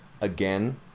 again